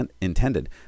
intended